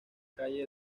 calle